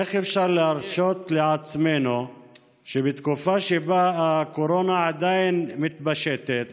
איך אפשר להרשות לעצמנו שבתקופה שבה הקורונה עדיין מתפשטת